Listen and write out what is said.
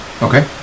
Okay